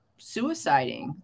suiciding